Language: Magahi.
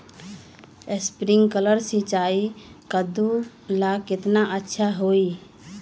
स्प्रिंकलर सिंचाई कददु ला केतना अच्छा होई?